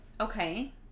Okay